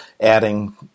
adding